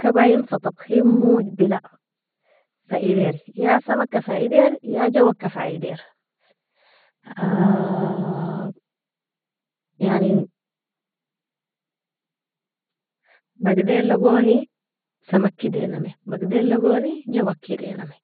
Kabaien fa tabkhin mojbela, fa ider ya samaka fa ider, ya jawaka fa ider, yani bagdilagoni samaka edinami, bagdilagoni jawaka edinami,